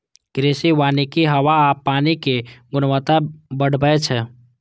कृषि वानिक हवा आ पानिक गुणवत्ता बढ़बै छै